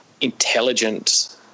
intelligent